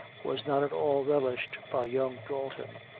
was not at all relished by young dalton.